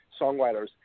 songwriters